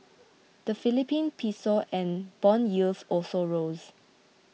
the Philippine piso and bond yields also rose